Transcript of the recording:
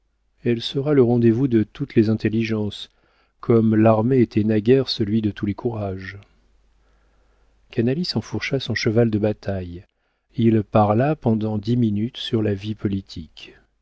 elle sera le rendez-vous de toutes les intelligences comme l'armée était naguère celui de tous les courages canalis enfourcha son cheval de bataille il parla pendant dix minutes sur la vie politique